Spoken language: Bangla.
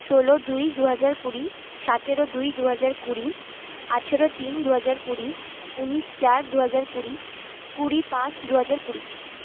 ষোলো দুই দুহাজার কুড়ি সতেরো দুই দুহাজার কুড়ি আঠেরো তিন দুহাজার কুড়ি উনিশ চার দুহাজার কুড়ি কুড়ি পাঁচ দুহাজার কুড়ি